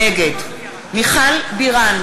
נגד מיכל בירן,